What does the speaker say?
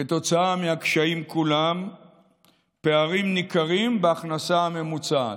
כתוצאה מהקשיים כולם פערים ניכרים בהכנסה הממוצעת,